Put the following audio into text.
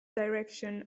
direction